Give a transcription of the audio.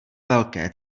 velké